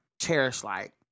Cherish-like